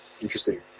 Interesting